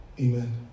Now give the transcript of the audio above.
amen